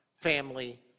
family